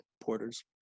porters